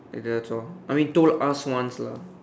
and that's all I mean told us once lah